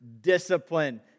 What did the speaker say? discipline